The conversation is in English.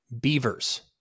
Beavers